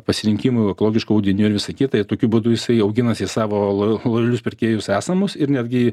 pasirinkimui ekologiškų audinių ir visai kita tokiu būdu jisai auginasi savo lojalius pirkėjus esamus ir netgi